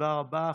תודה רבה.